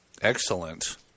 Excellent